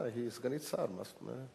היא סגנית שר, מה זאת אומרת?